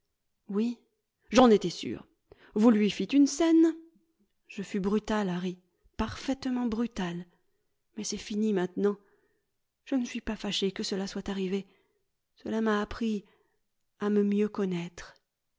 oui j'en étais sûr vous lui fîtes une scène je fus brutal harry parfaitement brutal mais c'est fini maintenant je ne suis pas fâché que cela soit arrivé cela m'a appris à me mieux connaître